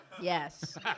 Yes